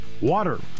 water